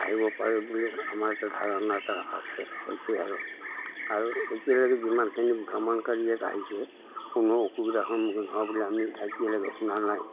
আহিব পাৰে বুলি আমাৰ এটা ধাৰণা এটা আছে হৈছে আৰু আৰু এতিয়ালৈকে যিমানখিনি ভ্ৰমণকাৰী ইয়াত আহিছে কোনো অসুবিধাৰ সন্মুখীন হোৱা বুলি আমি একতিয়ালৈকে শুনা নাই